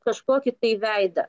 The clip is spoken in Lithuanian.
kažkokį tai veidą